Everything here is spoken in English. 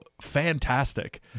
fantastic